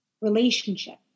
relationship